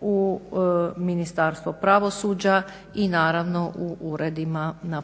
u Ministarstvo pravosuđa i naravno u uredima na